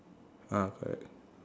uh correct